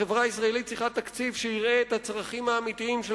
החברה הישראלית צריכה תקציב שיראה את הצרכים האמיתיים של